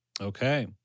Okay